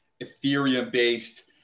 Ethereum-based